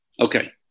Okay